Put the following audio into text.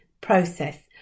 process